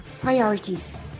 Priorities